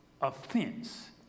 offense